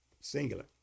singular